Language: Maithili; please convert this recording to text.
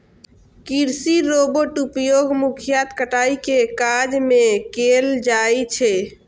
कृषि रोबोटक उपयोग मुख्यतः कटाइ के काज मे कैल जाइ छै